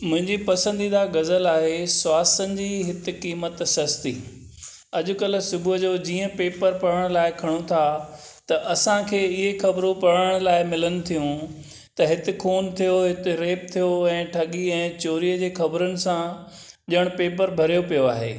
मुंहिंजी पसंदीदा ग़ज़लु आहे स्वासनि जी हिते क़ीमत सस्ती अॼुकल्ह सुबुह जो जीअं पेपर पढ़ण लाइ खणूं था त असांखे इहे ख़बरूं पढ़ण लाइ मिलनि थियूं त हिते खून थियो हिते रेप थियो ऐं ठगी ऐं चोरीअ जे ख़बरुनि सां ॼणु पेपर भरियो पियो आहे